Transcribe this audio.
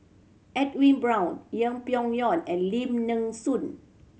Edwin Brown Yeng Pway Ngon and Lim Nee Soon